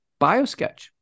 biosketch